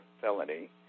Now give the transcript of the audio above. felony